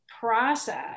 process